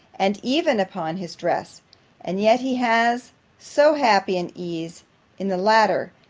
and even upon his dress and yet he has so happy an ease in the latter,